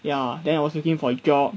ya then I was looking for a job